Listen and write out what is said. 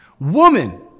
woman